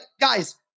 guys